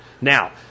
Now